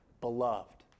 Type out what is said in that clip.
beloved